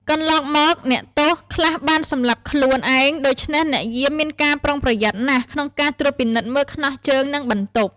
កន្លងមក មានអ្នកទោសខ្លះបានសម្លាប់ខ្លួនឯង ដូច្នេះអ្នកយាមមានការប្រុងប្រយ័ត្នណាស់ក្នុងការត្រួតពិនិត្យមើលខ្នោះជើង និងបន្ទប់ ។